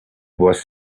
was